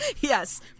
Yes